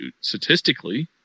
statistically